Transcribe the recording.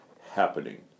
happening